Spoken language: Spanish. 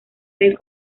del